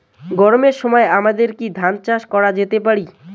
গরমের সময় আমাদের কি ধান চাষ করা যেতে পারি?